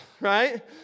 right